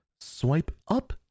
swipe-up